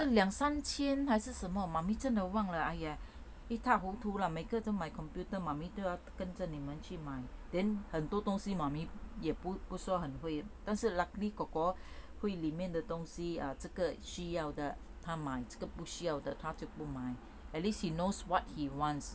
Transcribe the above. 两三千还是什么 mummy 真的忘了 !aiya! 一塌糊涂 lah 每个都买 computer mummy 都要跟着你们去买 then 很多东西 mummy 也不不算很会但是 luckily kor kor 会里面的东西啊这个需要的他买这个不需要的他就不买 at least he knows what he wants